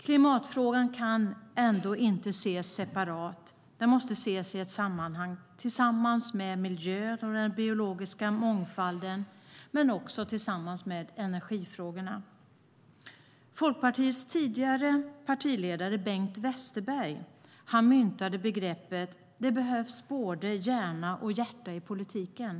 Klimatfrågan kan ändå inte ses separat; den måste ses i ett sammanhang tillsammans med miljön och den biologiska mångfalden men också tillsammans med energifrågorna. Folkpartiets tidigare partiledare Bengt Westerberg myntade begreppet: Det behövs både hjärna och hjärta i politiken.